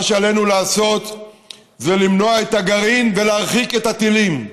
מה שעלינו לעשות זה למנוע את הגרעין ולהרחיק את הטילים.